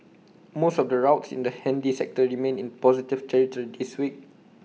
most of the routes in the handy sector remained in positive territory this week